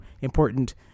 important